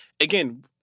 again